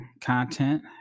content